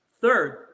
Third